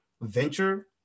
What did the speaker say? venture